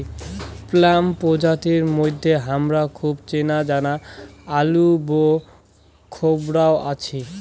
plum প্রজাতির মইধ্যে হামার খুব চেনাজানা আলুবোখরাও আছি